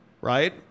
right